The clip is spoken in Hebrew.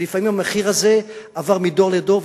ולפעמים המחיר הזה עבר מדור לדור,